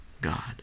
God